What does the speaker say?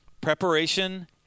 Preparation